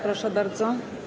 Proszę bardzo.